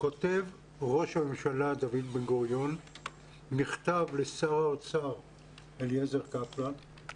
כותב ראש הממשלה דוד בן גוריון מכתב לשר האוצר אליעזר קפלן,